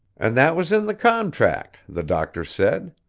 and that was in the contract, the doctor said.